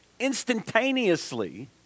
instantaneously